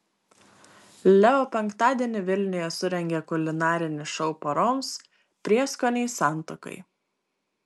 leo penktadienį vilniuje surengė kulinarinį šou poroms prieskoniai santuokai